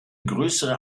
größere